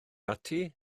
ati